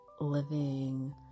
living